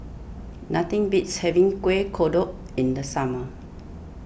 nothing beats having Kueh Kodok in the summer